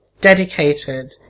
dedicated